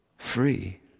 free